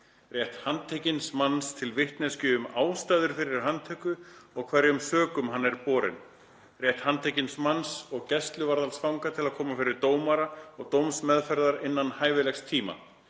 Rétt handtekins manns til vitneskju um ástæður fyrir handtöku og hverjum sökum hann er borinn. * Rétt handtekins manns og gæsluvarðhaldsfanga til að koma fyrir dómara og til dómsmeðferðar innan hæfilegs tíma.